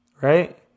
right